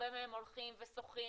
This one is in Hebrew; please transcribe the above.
הרבה מהם הולכים ושוחים